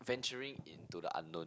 venturing into the unknown